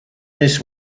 this